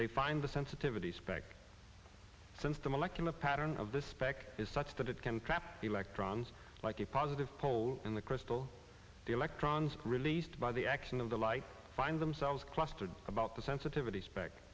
they find the sensitivity spec since the molecular pattern of the spec is such that it can trap the electrons like a positive pole in the crystal the electrons released by the action of the light find themselves clustered about the sensitivity spec